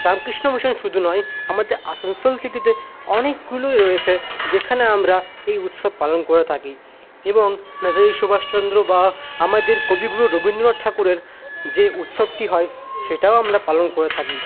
Ramakrishna Mission শুধু নয় আমাদের আসানসোল সিটিতে অনেকগুলোই রয়েছে যেখানে আমরা এই উৎসব পালন করে থাকি এবং নেতাজি সুভাষচন্দ্র বা আমাদের কবিগুরু রবীন্দ্রনাথ ঠাকুরের যে উৎসবটি হয় সেটাও আমরা পালন করে থাকি